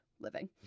living